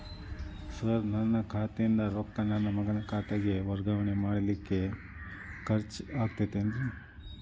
Sir ನನ್ನ ಖಾತೆಯಿಂದ ರೊಕ್ಕ ನನ್ನ ಮಗನ ಖಾತೆಗೆ ವರ್ಗಾವಣೆ ಮಾಡಲಿಕ್ಕೆ ಖರ್ಚ್ ಆಗುತ್ತೇನ್ರಿ?